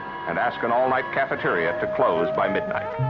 and asked an all night cafeteria to close by midnight.